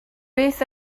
beth